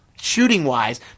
shooting-wise